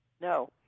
No